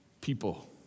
people